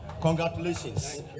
Congratulations